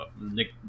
Nick